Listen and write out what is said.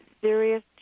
serious